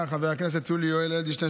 עברה בקריאה השלישית,